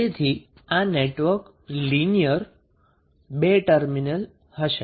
તેથી આ network linear 2 terminal હશે